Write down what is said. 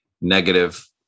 negative